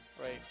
right